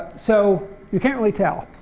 so you can't really tell,